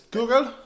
Google